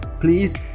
Please